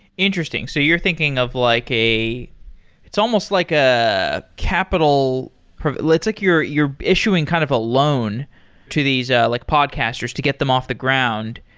interesting. so, you're thinking of like a it's almost like a capital it's like you're you're issuing kind of a loan to these ah like podcasters to get them off the ground.